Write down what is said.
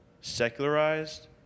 secularized